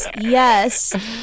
yes